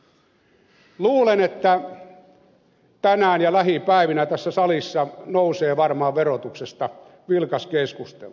luulen että tänään ja lähipäivinä tässä salissa nousee varmaan verotuksesta vilkas keskustelu